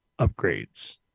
upgrades